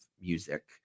music